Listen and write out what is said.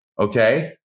Okay